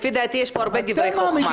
לפי דעתי, יש פה הרבה דברי חכמה.